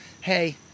hey